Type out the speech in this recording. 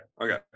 Okay